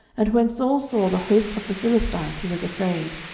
and when saul saw the host of the philistines, he was afraid,